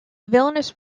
villainous